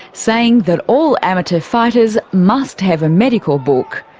saying that all amateur fighters must have a medical book,